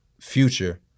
future